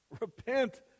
Repent